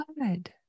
Good